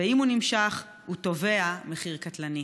ואם הוא נמשך, הוא תובע מחיר קטלני.